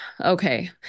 okay